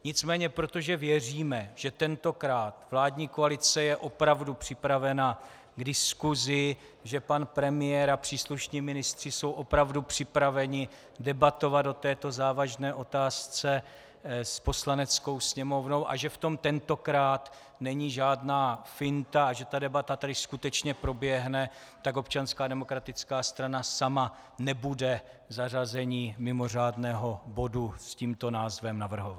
Nicméně, protože věříme, že tentokrát vládní koalice je opravdu připravena k diskusi, že pan premiér a příslušní ministři jsou opravdu připraveni debatovat o této závažné otázce s Poslaneckou sněmovnou a že v tom tentokrát není žádná finta a že ta debata tady skutečně proběhne, tak Občanská demokratická strana sama nebude zařazení mimořádného bodu s tímto názvem navrhovat.